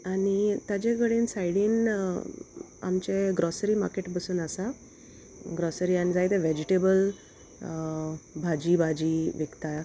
आनी ताजे कडेन सायडीन आमचे ग्रॉसरी मार्केट पुसून आसा ग्रोसरी जायते वेजिटेबल भाजी भाजी विकता